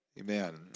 Amen